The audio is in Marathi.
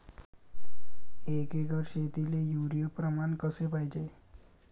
एक एकर शेतीले युरिया प्रमान कसे पाहिजे?